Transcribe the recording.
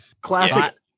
Classic